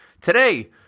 Today